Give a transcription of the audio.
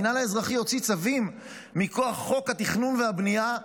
המינהל האזרחי הוציא צווים מכוח חוק התכנון והבנייה הירדני?